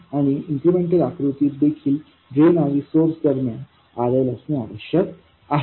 आणि इन्क्रिमेंटल आकृतीत देखील ड्रेन आणि सोर्स दरम्यान RLअसणे आवश्यक आहे